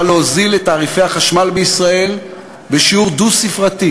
להוזיל את תעריפי החשמל בישראל בשיעור דו-ספרתי,